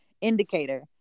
indicator